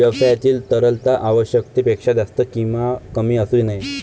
व्यवसायातील तरलता आवश्यकतेपेक्षा जास्त किंवा कमी असू नये